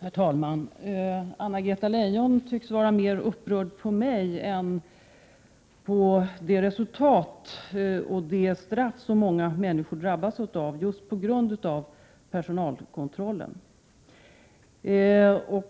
Herr talman! Anna-Greta Leijon tycks vara mer upprörd över vad jag sagt än över det resultat som det här är fråga om — och det straff som många människor drabbas av på grund av personalkontrollen.